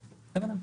בבקשה.